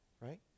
right